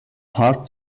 part